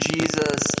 Jesus